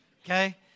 okay